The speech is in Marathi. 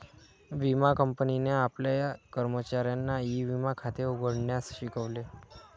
विमा कंपनीने आपल्या कर्मचाऱ्यांना ई विमा खाते उघडण्यास शिकवले